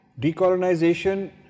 Decolonization